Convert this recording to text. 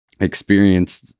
experienced